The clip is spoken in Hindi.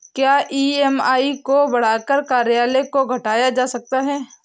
क्या ई.एम.आई को बढ़ाकर कार्यकाल को घटाया जा सकता है?